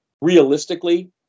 realistically